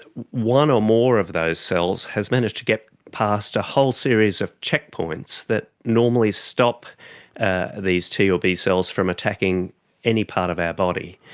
one or more of those cells has managed to get past a whole series of checkpoints that normally stop ah these t or b cells from attacking any part of our body.